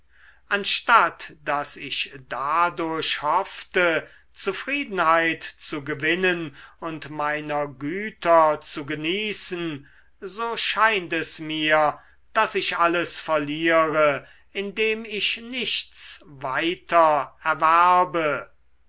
anstatt daß ich dadurch hoffte zufriedenheit zu gewinnen und meiner güter zu genießen so scheint es mir daß ich alles verliere indem ich nichts weiter erwerbe